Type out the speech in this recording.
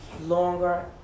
longer